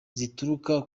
zituruka